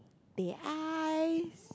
teh ice